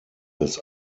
des